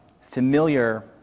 familiar